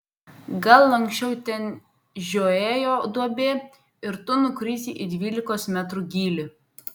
gal anksčiau ten žiojėjo duobė ir tu nukrisi į dvylikos metrų gylį